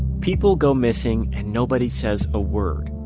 people go missing and nobody says a word.